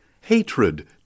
hatred